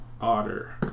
otter